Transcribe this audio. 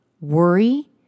worry